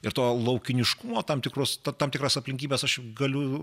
ir to laukiniškumo tam tikrus tam tikras aplinkybes aš galiu